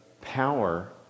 power